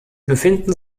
befinden